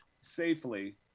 safely